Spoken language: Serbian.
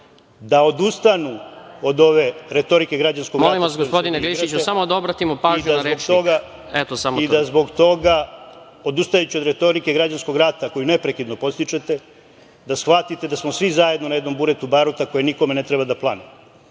odustajući od retorike građanskog rata koju neprekidno podstičete, da shvatite da smo svi zajedno na jednom buretu baruta koje nikome ne treba da plane. Vi